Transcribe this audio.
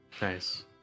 Nice